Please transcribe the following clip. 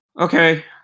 Okay